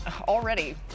already